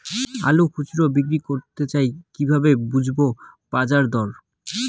আলু খুচরো বিক্রি করতে চাই কিভাবে বুঝবো বাজার দর?